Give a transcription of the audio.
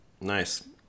Nice